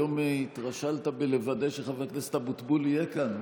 היום התרשלת בלוודא שחבר הכנסת אבוטבול יהיה כאן.